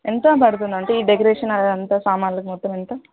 ఎంత పడుతుందంటే ఈ డెకరేషన్ అ అంత సామాన్లకు మొత్తం ఎంత